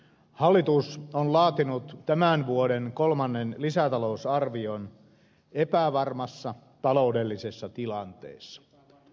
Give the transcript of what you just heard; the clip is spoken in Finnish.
hallitus on laatinut tämän vuoden kolmannen lisätalousarvion epävarmassa taloudellisessa tilanteessa